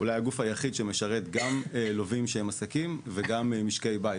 אולי הגוף היחיד שמשרת גם לווים שהם עסקים וגם משקי בית,